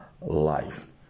life